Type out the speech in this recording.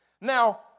Now